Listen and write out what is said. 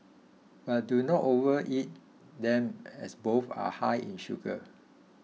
but do not overeat them as both are high in sugar